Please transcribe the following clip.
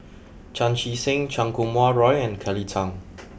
Chan Chee Seng Chan Kum Wah Roy and Kelly Tang